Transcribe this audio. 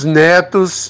netos